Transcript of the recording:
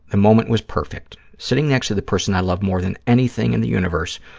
the moment was perfect, sitting next to the person i love more than anything in the universe,